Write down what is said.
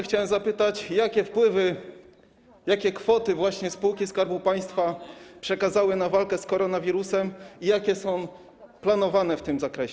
Chciałem zapytać: Jakie wpływy, jakie kwoty właśnie spółki Skarbu Państwa przekazały na walkę z koronawirusem i jakie są planowane w tym zakresie?